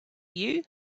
you